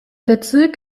bezirk